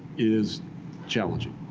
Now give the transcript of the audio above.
is challenging.